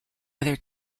other